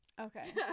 Okay